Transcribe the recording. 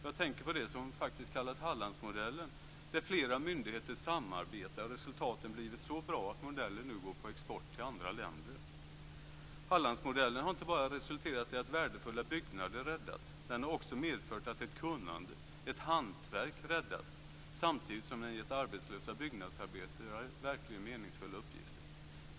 Jag tänker på det som kallas Hallandsmodellen, där flera myndigheter samarbetar och resultaten blivit så bra att modellen nu går på export till andra länder. Hallandsmodellen har inte bara resulterat i att värdefulla byggnader räddats; den har också medfört att ett kunnande, ett hantverk, räddats. Samtidigt har den gett arbetslösa byggnadsarbetare verkligt meningsfulla uppgifter.